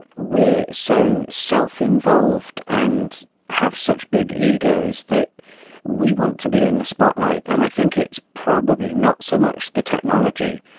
we're so self involved and have such big egos that we want to be in the spotlight. um i think it's probably not so much the technology,